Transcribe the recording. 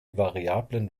variablen